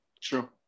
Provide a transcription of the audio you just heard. True